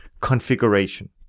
configuration